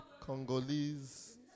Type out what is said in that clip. Congolese